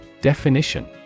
Definition